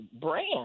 brand